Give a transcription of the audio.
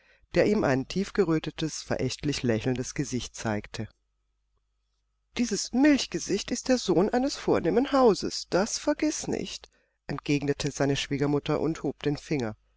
der ihm ein tiefgerötetes verächtlich lächelndes gesicht zeigte dieses milchgesicht ist der sohn eines vornehmen hauses das vergiß nicht entgegnete seine schwiegermutter und hob den finger